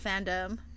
fandom